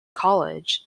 college